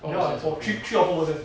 four percent is okay